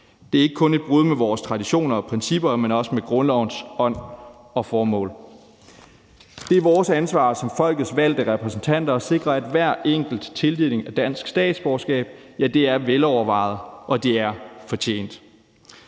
Det er ikke kun et brud med vores traditioner og principper, men også med grundlovens ånd og formål. Det er vores ansvar som folkets valgte repræsentanter at sikre, at hver enkel tildeling af dansk statsborgerskab er velovervejet og er fortjent.